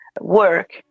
work